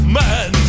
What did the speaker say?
man